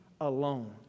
alone